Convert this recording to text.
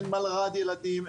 אין מלר"ד ילדים,